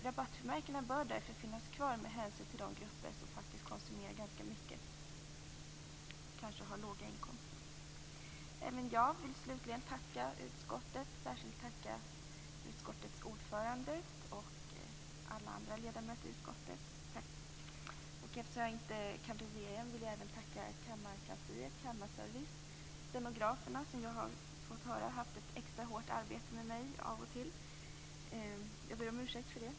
Rabattfrimärkena bör därför finnas kvar just med hänsyn till de grupper som konsumerar ganska mycket och som kanske har låga inkomster. Även jag vill slutligen tacka utskottet, särskilt dess ordförande men också alla andra ledamöter i utskottet. Eftersom jag inte kandiderar igen vill jag även tacka kammarkansliet, kammarservice och stenograferna. Stenograferna har av och till, har jag fått höra, haft ett extra hårt arbete med mig. Jag ber om ursäkt för det.